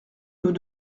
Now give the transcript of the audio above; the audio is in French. nous